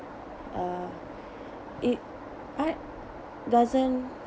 uh it art doesn't